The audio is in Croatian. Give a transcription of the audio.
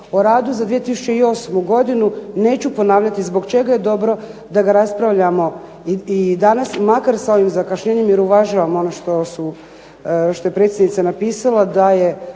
o radu za 2008. godinu, neću ponavljati zbog čega je dobro da ga raspravljamo i danas makar sa ovim zakašnjenjem jer uvažavam ono što je predsjednica napisala da je